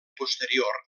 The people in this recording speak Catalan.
posterior